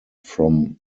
from